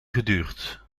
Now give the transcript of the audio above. geduurd